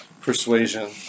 persuasion